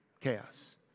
Chaos